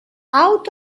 out